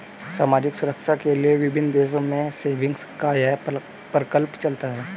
सामाजिक सुरक्षा के लिए विभिन्न देशों में सेविंग्स का यह प्रकल्प चलता है